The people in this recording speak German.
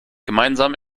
gemeinsam